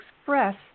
express